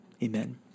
Amen